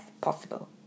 possible